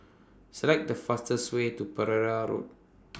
Select The fastest Way to Pereira Road